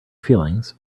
feelings